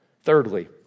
Thirdly